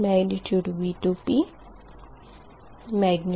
V2p